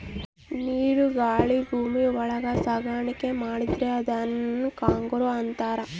ನೀರು ಗಾಳಿ ಭೂಮಿ ಒಳಗ ಸಾಗಣೆ ಮಾಡಿದ್ರೆ ಅದುನ್ ಕಾರ್ಗೋ ಅಂತಾರ